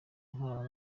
impano